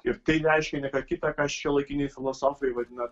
ir tai reiškia ne ką kita ką šiuolaikiniai filosofai vadina